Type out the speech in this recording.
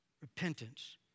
repentance